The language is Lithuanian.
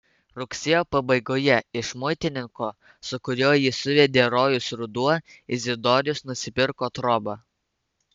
rugsėjo pabaigoje iš muitininko su kuriuo jį suvedė rojus ruduo izidorius nusipirko trobą